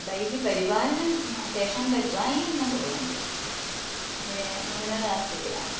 तैः परिपालनं न तेषां परिपालनं न कुर्वन्ति तद् न्यूनता अस्ति किल